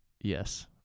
Yes